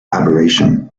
aberration